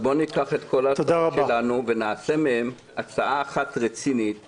אז בוא ניקח את כל ההצעות שלנו ונעשה מהן הצעה אחת רצינית שחוסכת.